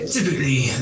Typically